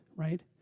right